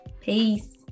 Peace